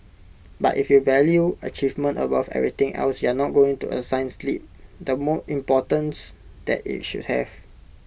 but if you value achievement above everything else you're not going to assign sleep the importance that IT should have